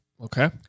Okay